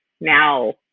now